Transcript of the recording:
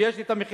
יש לי מחירים.